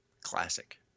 Classic